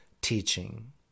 teaching